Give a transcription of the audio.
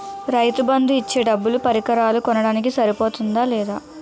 రైతు బందు ఇచ్చే డబ్బులు పరికరాలు కొనడానికి సరిపోతుందా లేదా?